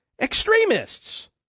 extremists